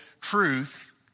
truth